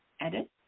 edit